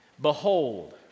Behold